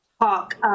Talk